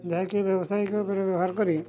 ଯାହାକି ବ୍ୟବସାୟିକ ଉପରେ ବ୍ୟବହାର କରି